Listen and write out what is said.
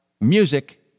music